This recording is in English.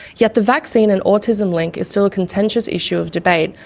yet the vaccine and autism link is still a contentious issue of debate,